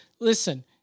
Listen